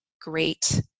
great